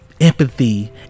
Empathy